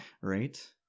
right